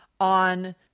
on